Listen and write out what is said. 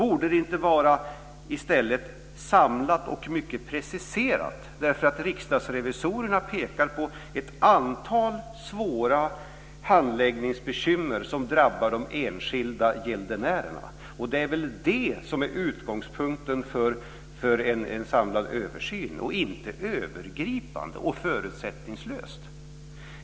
Borde den inte i stället vara "samlad och mycket preciserad"? Riksdagsrevisorerna pekar på ett antal svåra handläggningsbekymmer som drabbar de enskilda gäldenärerna. Det är det som är utgångspunkten för en samlad översyn, inte att det ska göras övergripande och förutsättningslöst.